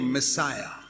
Messiah